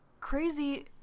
Crazy